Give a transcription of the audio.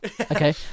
Okay